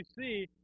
see